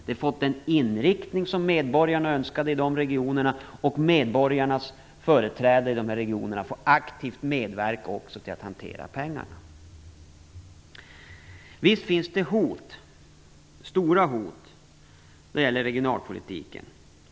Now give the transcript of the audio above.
Det har fått den inriktning som medborgarna i de regionerna önskade, och medborgarnas företrädare i de här regionerna får aktivt medverka också till att hantera pengarna. Visst finns det hot, stora hot, när det gäller regionalpolitiken.